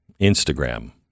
Instagram